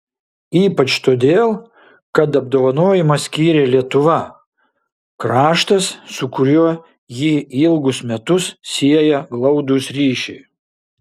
ypač todėl kad apdovanojimą skyrė lietuva kraštas su kuriuo jį ilgus metus sieja glaudūs ryšiai